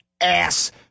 ass